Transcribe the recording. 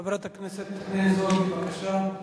חברת הכנסת חנין זועבי, בבקשה.